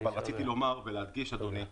אבל רציתי לומר ולהדגיש, אדוני,